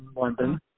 London